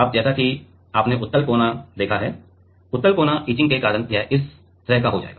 अब जैसा कि आपने उत्तल कोना देखा है उत्तल कोना इचिंग के कारण यह इस तरह का हो जाएगा